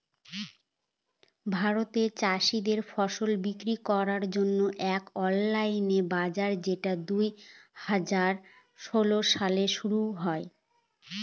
ভারতে চাষীদের ফসল বিক্রি করার জন্য এক অনলাইন বাজার যেটা দুই হাজার ষোলো সালে শুরু হয়